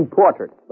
portrait